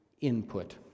input